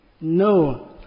No